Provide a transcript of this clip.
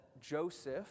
Joseph